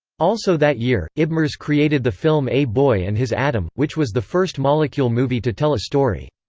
also that year, ibmers created the film a boy and his atom, which was the first molecule movie to tell a story.